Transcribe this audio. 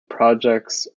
projects